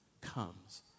comes